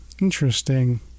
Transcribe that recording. Interesting